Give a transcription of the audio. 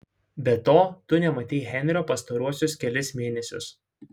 be to tu nematei henrio pastaruosius kelis mėnesius